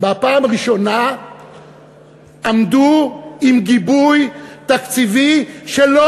בפעם הראשונה עמדו עם גיבוי תקציבי שלא